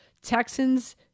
Texans